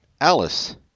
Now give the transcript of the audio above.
Alice